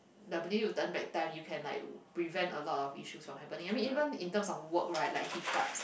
the ability to turn back time you can like prevent a lot of issues from happening I mean even in terms of work right like hiccups